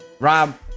Rob